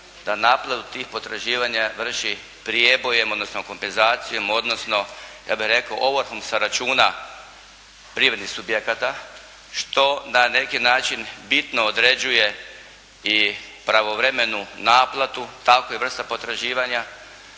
da naplatu tih potraživanja vrši prijebojem, odnosno kompenzacijom, odnosno ja bih rekao ovrhom sa računa privrednih subjekata što na neki način bitno određuje i pravovremenu naplatu takvih vrsta potraživanja,